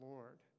Lord